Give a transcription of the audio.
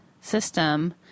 system